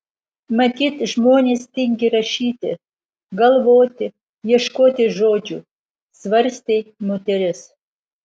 matyt žmonės tingi rašyti galvoti ieškoti žodžių svarstė moteris